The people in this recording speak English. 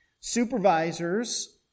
supervisors